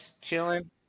chilling